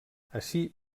ací